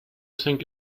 think